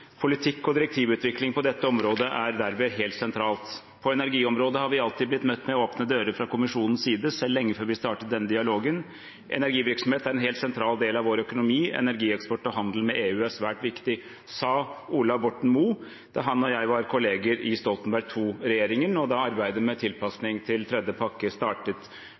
Politikk og direktivutvikling på dette området er derved helt sentralt. På energiområdet har vi alltid blitt møtt med åpne dører fra kommisjonens side, selv lenge før vi startet den dialogen. Energivirksomhet er en helt sentral del av vår økonomi. Energieksport og handel med EU er svært viktig», sa Ola Borten Moe da han og jeg var kolleger i Stoltenberg II-regjeringen, og da arbeidet med tilpasning til tredje energimarkedspakke startet.